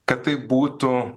kad tai būtų